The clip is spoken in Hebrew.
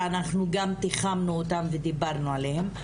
שאנחנו גם תיחמנו אותן ודיברנו עליהן,